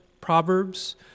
Proverbs